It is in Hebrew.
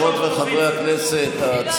מה ההשקפה המדינית של ראש האופוזיציה?